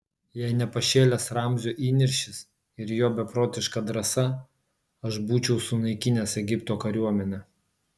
jei ne pašėlęs ramzio įniršis ir jo beprotiška drąsa aš būčiau sunaikinęs egipto kariuomenę